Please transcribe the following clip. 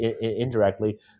indirectly